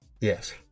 Yes